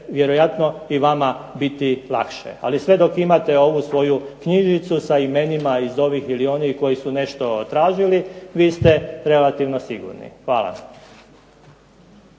vjerojatno biti i vama lakše. Ali sve dok imate svoju ovu knjižicu sa imenima iz ovih ili onih koji su nešto tražili, vi ste relativno sigurni. Hvala.